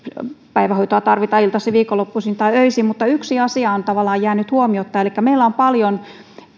päivähoitoa tarvitaan iltaisin viikonloppuisin tai öisin mutta yksi asia on tavallaan jäänyt huomiotta elikkä meillä on paljon